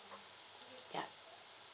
ya